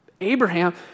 Abraham